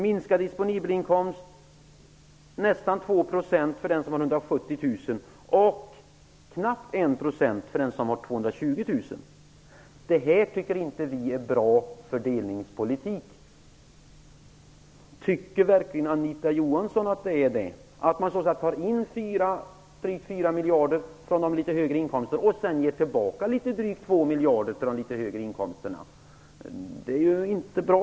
Den disponibla inkomsten minskar med ca 2 % för den som tjänar Vi tycker inte att det här är en bra fördelningspolitik. Tycker Anita Johansson verkligen att det är bra att man tar in drygt 4 miljarder från personer med litet högre inkomster och ger tillbaka ungefär 2 miljarder till samma grupp. Det är inte bra.